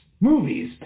movies